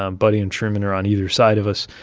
um buddy and truman are on either side of us,